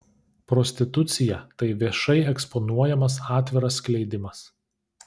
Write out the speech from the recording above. prostitucija tai viešai eksponuojamas atviras skleidimas